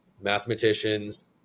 mathematicians